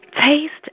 Taste